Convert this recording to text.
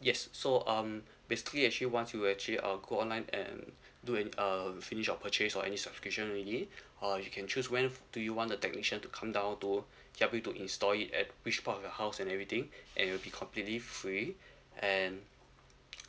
yes so um basically actually once you actually uh go online and do and um finish your purchase or any subscription already or you can choose when do you want the technician to come down to help you to install it at which part of your house and everything and it will be completely free and